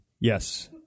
Yes